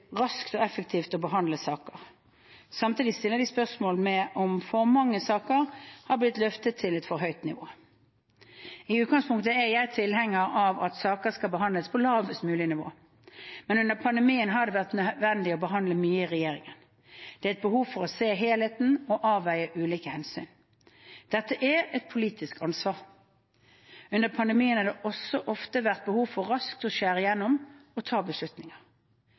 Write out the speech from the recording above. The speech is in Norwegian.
raskt og effektivt å behandle saker. Samtidig stiller de spørsmålet om for mange saker har blitt løftet til et for høyt nivå. I utgangspunktet er jeg tilhenger av at saker skal behandles på lavest mulig nivå. Men under pandemien har det vært nødvendig å behandle mye i regjeringen. Det er et behov for å se helheten, og avveie ulike hensyn. Dette er et politisk ansvar. Under pandemien har det også ofte vært behov for raskt å skjære gjennom og ta beslutninger.